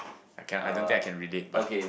I cannot I don't think I can read it but